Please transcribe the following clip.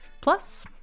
Plus